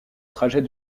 trajet